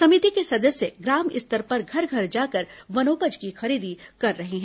समिति के सदस्य ग्राम स्तर पर घर घर जाकर वनोपज की खरीदी कर रहे हैं